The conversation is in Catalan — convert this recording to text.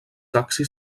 taxi